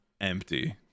empty